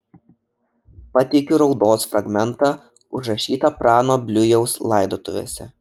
pateikiu raudos fragmentą užrašytą prano bliujaus laidotuvėse